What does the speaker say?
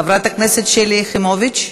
חברת הכנסת שלי יחימוביץ?